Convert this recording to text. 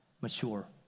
mature